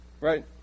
Right